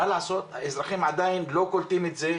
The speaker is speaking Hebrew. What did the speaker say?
מה לעשות האזרחים עדיין לא קולטים את זה,